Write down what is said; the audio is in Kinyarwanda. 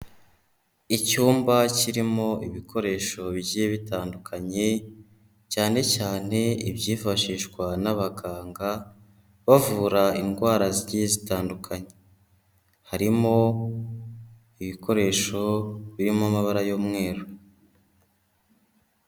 Icyumba kirimo ibikoresho bigiye bitandukanye, cyane cyane ibyifashishwa n'abaganga bavura indwara zigiye zitandukanye, harimo ibikoresho birimo amabara y'umweru.